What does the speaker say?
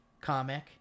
Comic